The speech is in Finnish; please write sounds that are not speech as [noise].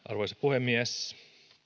[unintelligible] arvoisa puhemies